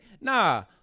Nah